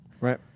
right